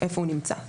היכן הוא נמצא.